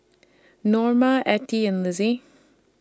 Norma Attie and Lizzie